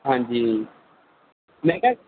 ਹਾਂਜੀ ਮੈਂ ਕਿਹਾ